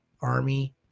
army